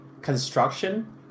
construction